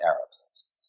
Arabs